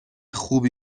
خوبی